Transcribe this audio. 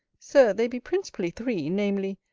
sir, they be principally three, namely,